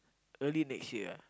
early next year ah